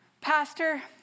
Pastor